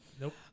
Nope